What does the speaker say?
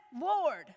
Lord